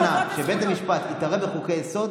30 שנה כשבית המשפט התערב בחוקי-יסוד,